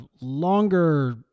longer